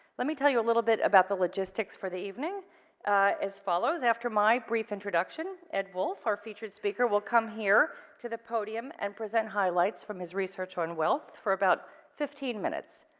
let me tell you a little bit about the logistics for the evening as follows. after my brief introduction, ed wolff our featured speaker will come here to the podium and present highlights from his research on wealth for about fifteen minutes.